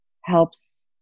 helps